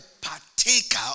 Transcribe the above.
partaker